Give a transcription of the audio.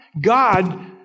God